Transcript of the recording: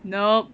nope